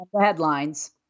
headlines